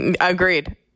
Agreed